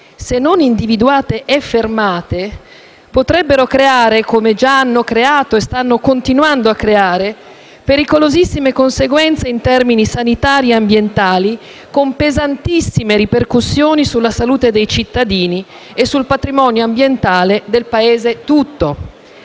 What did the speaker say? se non individuate e fermate, potrebbero creare - come già hanno creato e stanno continuando a creare - pericolosissime conseguenze in termini sanitari e ambientali, con pesantissime ripercussioni sulla salute dei cittadini e sul patrimonio ambientale del Paese intero.